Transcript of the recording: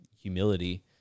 humility